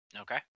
Okay